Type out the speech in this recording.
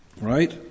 Right